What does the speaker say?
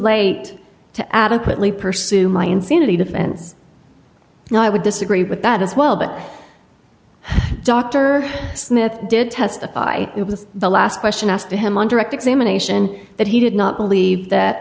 late to adequately pursue my insanity defense and i would disagree with that as well but dr smith did testify it was the last question asked to him on direct examination that he did not believe that